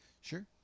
Sure